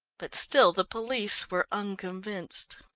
but still the police were unconvinced.